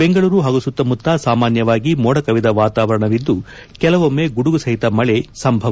ಬೆಂಗಳೂರು ಹಾಗೂ ಸುತ್ತಮುತ್ತ ಸಾಮಾನ್ಯವಾಗಿ ಮೋಡ ಕವಿದ ವಾತಾವರಣ ಇರಲಿದ್ದು ಕೆಲವೊಮ್ಮೆ ಗುಡುಗು ಸಹಿತ ಮಳೆ ಸಂಭವ